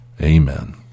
Amen